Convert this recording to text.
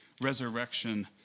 resurrection